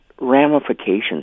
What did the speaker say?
ramifications